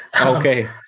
Okay